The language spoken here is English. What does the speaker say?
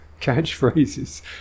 catchphrases